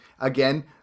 again